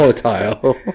volatile